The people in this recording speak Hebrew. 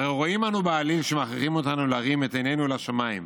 הרי רואים אנו בעליל שמכריחים אותנו להרים את עינינו לשמיים.